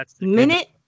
minute